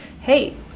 hey